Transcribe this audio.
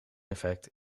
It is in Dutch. effect